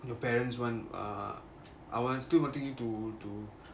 your parents want uh uh I want still wanting you to to